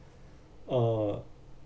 uh